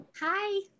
hi